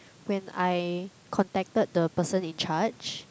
when I contacted the person in charge